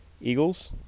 Eagles